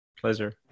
pleasure